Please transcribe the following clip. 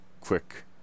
quick